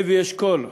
לוי אשכול,